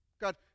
God